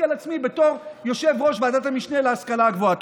על עצמי בתור יושב-ראש ועדת המשנה להשכלה הגבוהה.